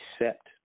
accept